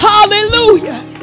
Hallelujah